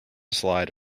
slide